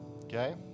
Okay